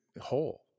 whole